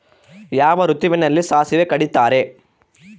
ಯಾವ ಋತುವಿನಲ್ಲಿ ಸಾಸಿವೆ ಕಡಿತಾರೆ?